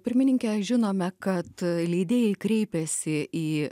pirmininke žinome kad leidėjai kreipėsi į